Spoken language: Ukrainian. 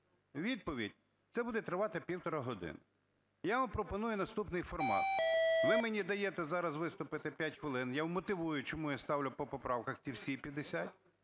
відповідь, це буде тривати півтори години. Я вам пропоную наступний формат: ви мені даєте зараз виступити 5 хвилин. Я вмотивую, чому я ставлю по поправках ті всі 50,